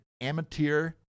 amateur